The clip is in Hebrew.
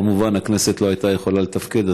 כמובן, הכנסת לא הייתה יכולה לתפקד.